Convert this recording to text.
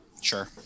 Sure